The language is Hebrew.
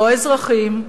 לא האזרחים,